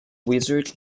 lizard